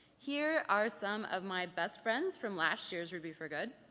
here are some of my best friends from last year's ruby for good.